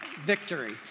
Victory